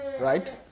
right